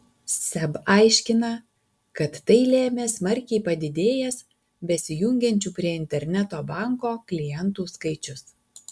seb aiškina kad tai lėmė smarkiai padidėjęs besijungiančių prie interneto banko klientų skaičius